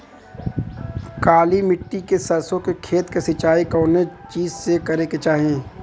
काली मिट्टी के सरसों के खेत क सिंचाई कवने चीज़से करेके चाही?